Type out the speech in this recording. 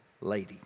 lady